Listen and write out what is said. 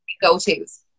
go-tos